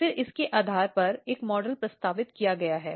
फिर इसके आधार पर एक मॉडल प्रस्तावित किया गया है